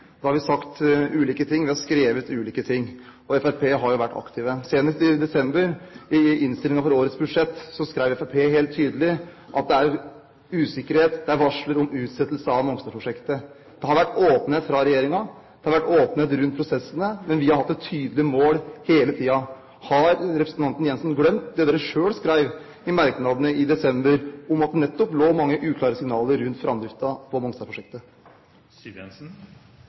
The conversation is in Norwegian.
desember, i innstillingen for årets budsjett, skrev Fremskrittspartiet helt tydelig at det var varsler om utsettelse av Mongstad-prosjektet. Det har vært åpenhet fra regjeringens side om prosessene. Vi har hatt et tydelig mål hele tiden. Har representanten Jensen glemt det Fremskrittspartiet selv skrev i merknadene i desember, om at det nettopp lå mange uklare signaler rundt